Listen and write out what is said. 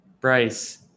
Bryce